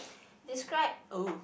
describe a